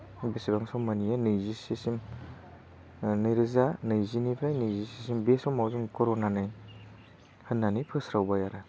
बेसेबां सममोन बे नैजिसेसिम नैरोजा नैजिनिफ्राय नैजिसेसिम बे समाव जों कर'नानि थान्दानि फोस्रावबाय आरो